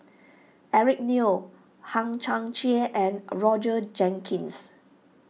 Eric Neo Hang Chang Chieh and Jenkins